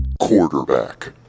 Quarterback